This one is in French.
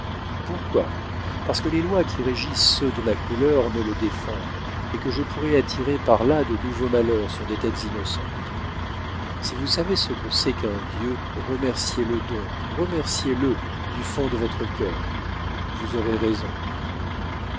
pourquoi parce que les lois qui régissent ceux de ma couleur me le défendent et que je pourrais attirer par là de nouveaux malheurs sur des têtes innocentes si vous savez ce que c'est qu'un dieu remerciez-le donc remerciez-le du fond de votre cœur vous aurez raison